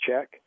check